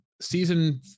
season